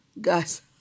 guys